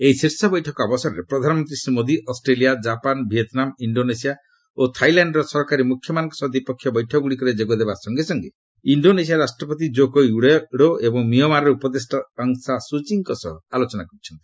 ଏହି ଶୀର୍ଷ ବୈଠକ ଅବସରରେ ପ୍ରଧାନମନ୍ତ୍ରୀ Shri Modi Australia Japan Vietnam Indonesia ଓ ଥାଇଲାଣ୍ଡର ସରକାରୀ ମୁଖ୍ୟମାନଙ୍କ ସହ ଦ୍ୱିପକ୍ଷିୟ ବୈଠକଗୁଡ଼ିକରେ ଯୋଗ ଦେବା ସଙ୍ଗେ ସଙ୍ଗେ ଇଣ୍ଡୋନେସିଆ ରାଷ୍ଟ୍ରପତି କୋକୋ ୱିଡୋଡୋ ଏବଂ ମିଆଁମାରର ଉପଦେଷ୍ଟା ଅଙ୍ଗ୍ ସା ସୁଚିକିଙ୍କ ସହ ଆଲୋଚନା କରିଛନ୍ତି